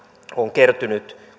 kertynyt